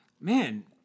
man